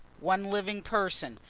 one living person,